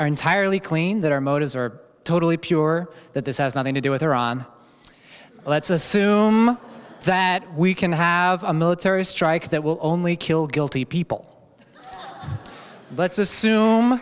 are entirely clean that our motives are totally pure that this has nothing to do with iran let's assume that we can have a military strike that will only kill guilty people let's assum